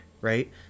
Right